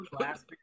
last